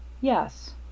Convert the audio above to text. Yes